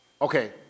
Okay